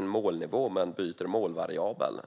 målnivån men byter målvariabel.